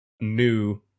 new